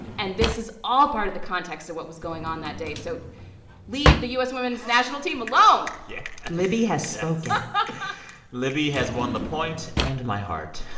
and this is all part of the context of what was going on that day, so leave the u s. women's national team alone yeah libby has spoken so but libby has won the point and my heart